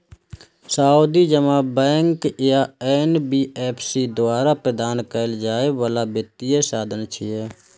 सावधि जमा बैंक या एन.बी.एफ.सी द्वारा प्रदान कैल जाइ बला वित्तीय साधन छियै